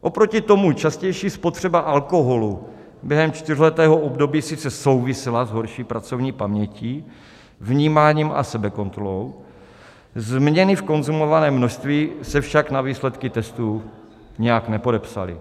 Oproti tomu častější spotřeba alkoholu během čtyřletého období sice souvisela s horší pracovní pamětí, vnímáním a sebekontrolou, změny v konzumovaném množství se však na výsledcích testů nijak nepodepsaly.